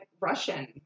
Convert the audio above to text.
Russian